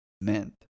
meant